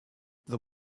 the